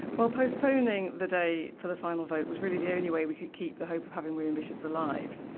well postponing the day for the final vote was really the only way we could keep the hope of having women bishops alive.